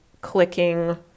clicking